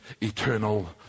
eternal